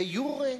דה-יורה.